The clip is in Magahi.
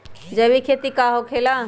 जैविक खेती का होखे ला?